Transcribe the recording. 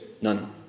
None